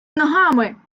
ногами